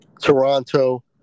Toronto